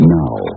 now